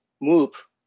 move